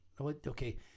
okay